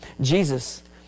Jesus